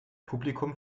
publikum